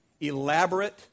elaborate